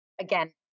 Again